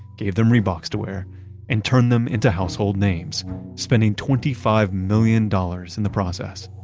gave them reeboxs to wear and turned them into household names spending twenty five million dollars in the process.